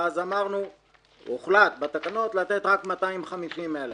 ואז הוחלט בתקנות לתת רק 250,000